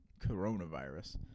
coronavirus